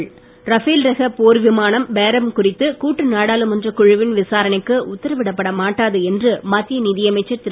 நாடாளுமன்றம் ரஃபேல் ரக போர்விமானம் பேரம் குறித்து கூட்டு நாடாளுமன்றக் குழுவின் விசாரணைக்கு உத்தரவிடப்பட மாட்டாது என்று மத்திய நிதியமைச்சர் திரு